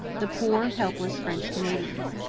the poor, helpless french canadians.